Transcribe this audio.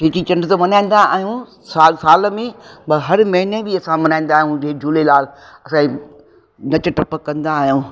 चेटी चंड त मल्हाईंदा आहियूं साल साल में पर हर महीने बि असां मल्हाईंदा आहियूं झू झूलेलाल असां नच टप कंदा आहियूं